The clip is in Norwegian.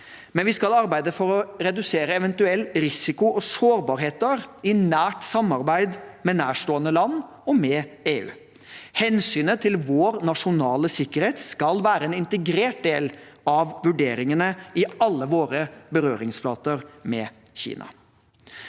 Kina, men arbeide for å redusere eventuell risiko og sårbarhet i nært samarbeid med nærstående land og EU. Hensynet til vår nasjonale sikkerhet skal være en integrert del av vurderingene i alle våre berøringsflater med Kina.